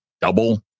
double